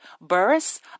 Burris